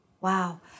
Wow